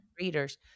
readers